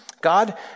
God